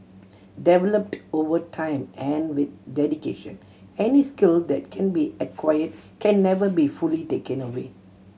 developed over time and with dedication any skill that can be acquired can never be fully taken away